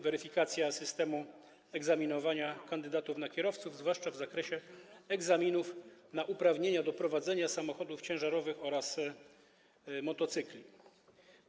Weryfikacja systemu egzaminowania kandydatów na kierowców, zwłaszcza w zakresie egzaminów dotyczących uprawnień do prowadzenia samochodów ciężarowych oraz motocykli.